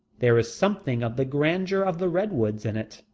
there is something of the grandeur of the redwoods in it,